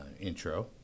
intro